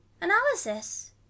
analysis